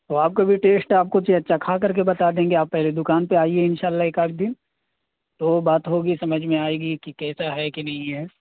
تو آپ کا بھی ٹیسٹ آپ کو چکھا کر کے بتا دیں گے آپ پہلے دکان پہ آئیے انشاء اللہ ایک آج دن تو بات ہوگی سمجھ میں آئے گی کہ کیسا ہے کہ نہیں ہے